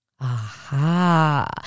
Aha